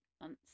months